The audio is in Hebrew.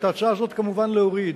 את ההצעה הזאת כמובן להוריד,